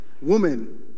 Woman